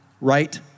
right